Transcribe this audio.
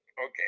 okay